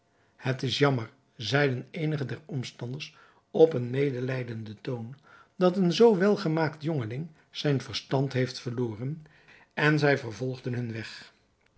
het is jammer zeiden eenige der omstanders op een medelijdenden toon dat een zoo welgemaakt jongeling zijn verstand heeft verloren en zij vervolgden hun weg